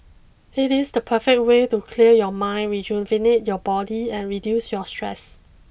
it is the perfect way to clear your mind rejuvenate your body and reduce your stress